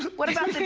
what about